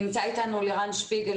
נמצא אתנו לירן שפיגל,